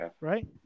right